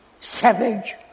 savage